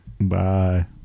Bye